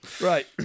Right